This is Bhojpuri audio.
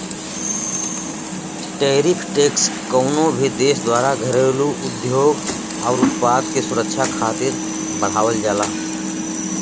टैरिफ टैक्स कउनो भी देश द्वारा घरेलू उद्योग आउर उत्पाद के सुरक्षा खातिर बढ़ावल जाला